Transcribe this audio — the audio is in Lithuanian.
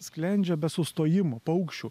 sklendžia be sustojimo paukščių